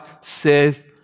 says